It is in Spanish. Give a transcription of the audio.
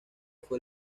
fue